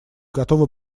готовы